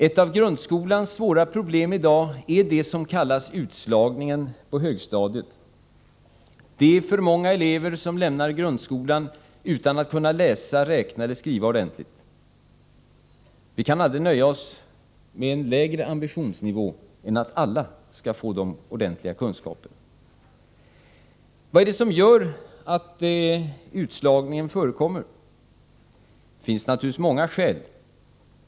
Ett av grundskolans svåra problem i dag är den s.k. utslagningen på högstadiet. Alltför många elever lämnar grundskolan utan att kunna läsa, räkna eller skriva ordentligt. Vi kan inte nöja oss med en lägre ambitionsnivå än att alla skall få ordentliga kunskaper. Vad är det som gör att utslagning förekommer? Det finns många skäl.